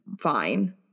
fine